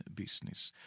business-